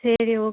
சரி ஓகே